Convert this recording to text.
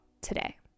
today